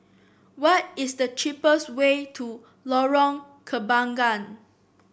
what is the cheapest way to Lorong Kembangan